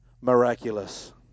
miraculous